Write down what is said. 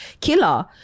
killer